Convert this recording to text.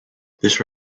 this